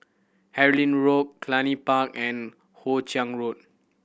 Harlyn Road Cluny Park and Hoe Chiang Road